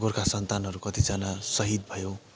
हाम्रो गोर्खा सन्तानहरू कतिजना सहिद भयो